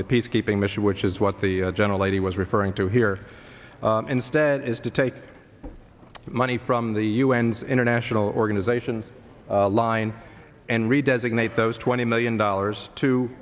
the peacekeeping mission which is what the general lady was referring to here instead is to take money from the un's international organizations line and re designate those twenty million dollars to